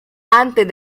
antes